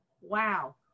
wow